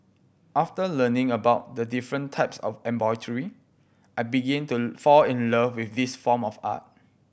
after learning about the different types of embroidery I begin to fall in love with this form of art